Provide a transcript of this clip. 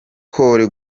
cole